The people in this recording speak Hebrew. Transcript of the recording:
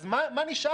אז מה נשאר?